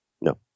No